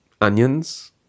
onions